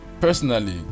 personally